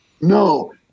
no